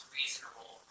reasonable